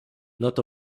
not